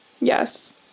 Yes